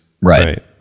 Right